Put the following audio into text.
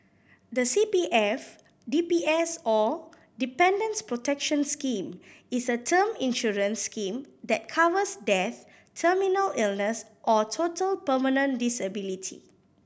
the C P F D P S or Dependants Protection Scheme is a term insurance scheme that covers death terminal illness or total permanent disability